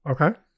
Okay